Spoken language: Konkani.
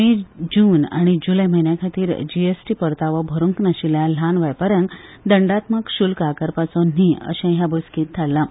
मे जून आनी जुलय म्हयन्या खातीर जीएसटी परतावो भरूंक नाशिल्ल्या ल्हान वेपाऱ्यांक दंडात्मक शुल्क आकारचो न्हय अशें हे बसकेंत थारलां